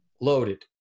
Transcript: loaded